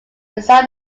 beside